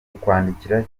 kukwandikira